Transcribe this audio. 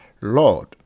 Lord